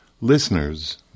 listeners